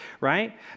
right